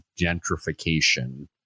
gentrification